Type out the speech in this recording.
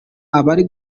abari